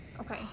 Okay